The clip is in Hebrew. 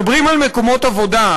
מדברים על מקומות עבודה.